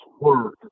work